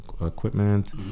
equipment